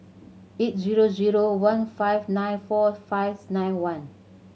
eight zero zero one five nine four fives nine one